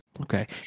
Okay